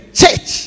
church